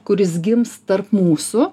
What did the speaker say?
kuris gims tarp mūsų